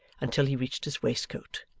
until he reached his waistcoat,